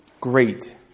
Great